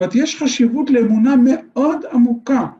‫זאת אומרת, יש חשיבות ‫לאמונה מאוד עמוקה.